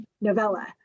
novella